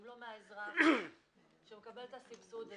אם לא מהאזרח שמקבל את הסבסוד,